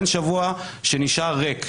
אין שבוע שנשאר ריק,